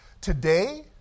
Today